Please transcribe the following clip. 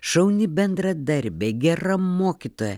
šauni bendradarbė gera mokytoja